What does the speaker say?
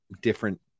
different